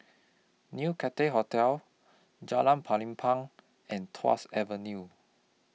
New Cathay Hotel Jalan Pelepah and Tuas Avenue